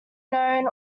known